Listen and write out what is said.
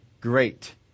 great